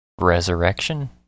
resurrection